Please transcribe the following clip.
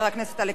לדיון